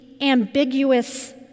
ambiguous